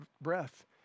breath